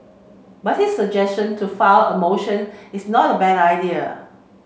but his suggestion to file a motion is not a bad idea